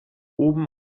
oben